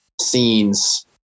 scenes